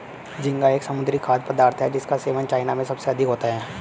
झींगा एक समुद्री खाद्य पदार्थ है जिसका सेवन चाइना में सबसे अधिक होता है